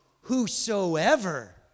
whosoever